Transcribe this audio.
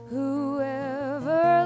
Whoever